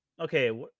Okay